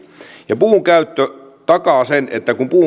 ja puun käyttö takaa sen kun